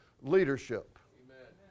leadership